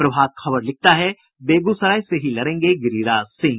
प्रभात खबर लिखता है बेगूसराय से ही लड़ेंगे गिरिराज सिंह